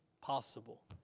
possible